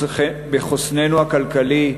בחוסננו הכלכלי,